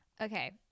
okay